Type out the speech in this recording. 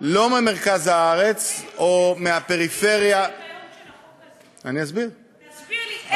לא ממרכז הארץ או מהפריפריה, תסביר לי את